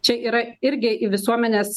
čia yra irgi į visuomenės